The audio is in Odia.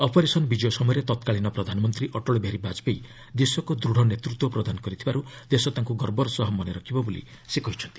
ଅପରେସନ୍ ବିକୟ ସମୟରେ ତତ୍କାଳୀନ ପ୍ରଧାନମନ୍ତ୍ରୀ ଅଟଳ ବିହାରୀ ବାଜପେୟୀ ଦେଶକୁ ଦୃତ୍ ନେତୃତ୍ୱ ପ୍ରଦାନ କରିଥିବାରୁ ଦେଶ ତାଙ୍କୁ ଗର୍ବର ସହ ମନେରଖିବ ବୋଲି ସେ କହିଚ୍ଛନ୍ତି